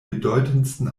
bedeutendsten